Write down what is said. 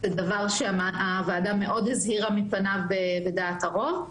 - זה דבר שהוועדה מאוד הזהירה מפניו בדעת הרוב.